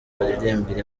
baririmbira